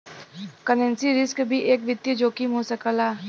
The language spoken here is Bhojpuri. करेंसी रिस्क भी एक वित्तीय जोखिम हो सकला